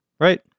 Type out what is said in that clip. Right